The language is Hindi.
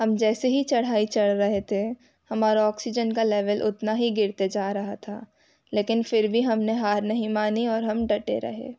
हम जैसे ही चढ़ाई चढ़ रहे थे हमारा ऑक्सीजन का लेवल उतना ही गिरते जा रहा था लेकिन फिर भी हम ने हार नहीं मानी और हम डटे रहे